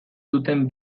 duten